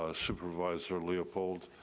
ah supervisor leopold,